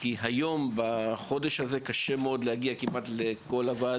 כי בחודש הזה קשה להגיע להרבה ועדות,